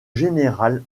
général